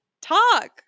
talk